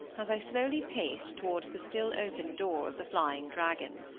as i slowly paced towards the still open door of the flying dragon.